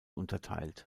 unterteilt